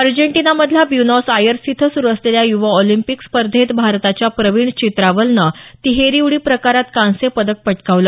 अर्जेंटिनामधल्या Buenos Aires इथं सुरु असलेल्या युवा ऑलिम्पिक स्पर्धेत भारताच्या प्रवीण चित्रावलनं तिहेरी उडी प्रकारात कांस्य पदक पटकावलं